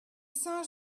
saint